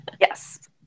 Yes